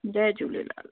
Jay Jhulelal